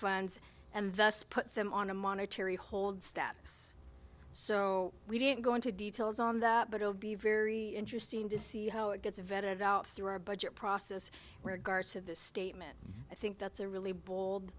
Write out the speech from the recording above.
ends and thus put them on a monetary hold status so we don't go into details on that but it would be very interesting to see how it gets vetted out through our budget process regards to this statement i think that's a really bold